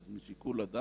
אז בשיקול הדעת,